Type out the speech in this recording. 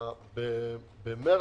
במרץ-אפריל,